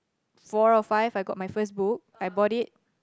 four or five I got my first book I bought it